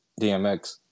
DMX